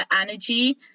energy